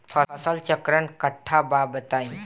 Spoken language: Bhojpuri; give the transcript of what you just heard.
फसल चक्रण कट्ठा बा बताई?